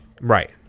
Right